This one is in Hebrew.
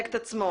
הפרויקט עצמו?